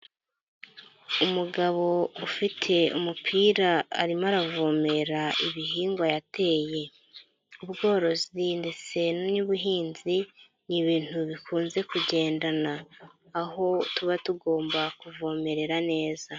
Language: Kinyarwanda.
Umugabo ufite umupira arimo aravomera ibihingwa yateye, ubworozi ndetse n'ubuhinzi ni ibintu bikunze kugendana aho tuba tugomba kuvomerera neza.